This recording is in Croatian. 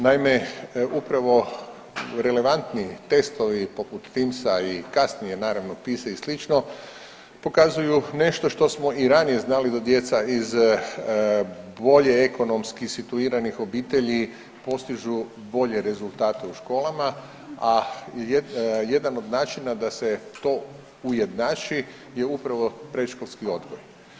Naime, upravo relevantniji testovi poput Teams-a i kasnije naravno PISA-e i slično pokazuju nešto što smo i ranije znali da djeca iz bolje ekonomski situiranih obitelji postižu bolje rezultate u školama, a jedan od načina da se to ujednači je upravo predškolski odgoj.